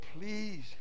please